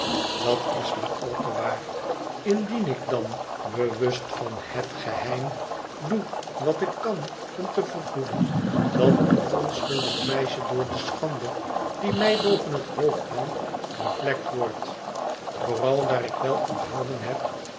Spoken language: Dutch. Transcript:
dat is maar al te waar indien ik dan bewust van het geheim doe wat ik kan om te verhoeden dat een onschuldig meisje door de schande die mij boven het hoofd hangt bevlekt wordt vooral daar ik wel onthouden heb